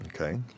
Okay